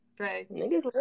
okay